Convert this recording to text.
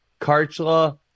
Karchla